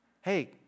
hey